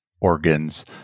organs